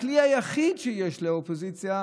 הכלי היחיד שיש לאופוזיציה,